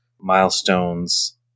milestones